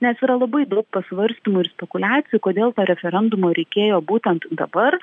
nes yra labai daug pasvarstymų ir spekuliacijų kodėl to referendumo reikėjo būtent dabar